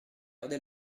garder